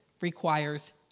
requires